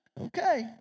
Okay